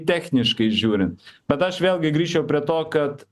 techniškai žiūrint bet aš vėlgi grįžčiau prie to kad